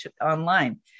online